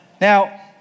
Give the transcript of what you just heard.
Now